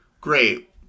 Great